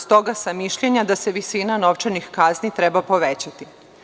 Stoga sam mišljenja da se visina novčanih kazni treba povećati.